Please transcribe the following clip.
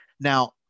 Now